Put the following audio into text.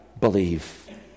believe